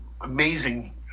amazing